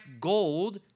gold